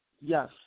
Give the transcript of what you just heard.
Yes